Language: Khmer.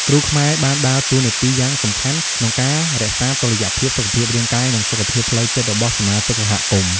គ្រូខ្មែរបានដើរតួនាទីយ៉ាងសំខាន់ក្នុងការរក្សាតុល្យភាពសុខភាពរាងកាយនិងសុខភាពផ្លូវចិត្តរបស់សមាជិកសហគមន៍។